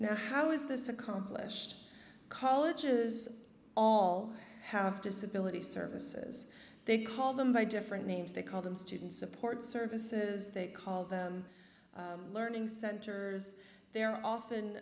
now how is this accomplished college is all i have disability services they call them by different names they call them student support services they call the learning centers there often